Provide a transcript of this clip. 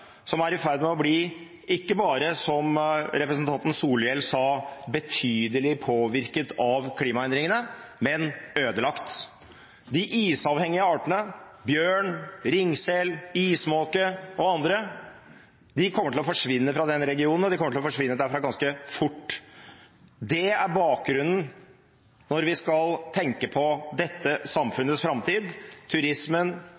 som er i ferd med å bli, ikke bare som representanten Solhjell sa, betydelig påvirket av klimaendringene, men ødelagt. De isavhengige artene – bjørn, ringsel, ismåke og andre – kommer til å forsvinne fra den regionen, og de kommer til å forsvinne derfra ganske fort. Det er bakgrunnen når vi skal tenke på dette